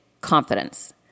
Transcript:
confidence